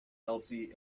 elsie